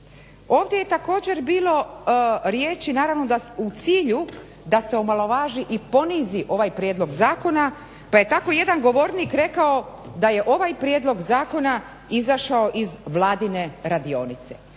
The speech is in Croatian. Ovdje je također bilo riječi naravno da u cilju da se omalovaži i ponizi ovaj prijedlog zakona pa je tako jedan govornik rekao da je ovaj prijedlog zakona izašao iz vladine radionice.